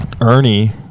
Ernie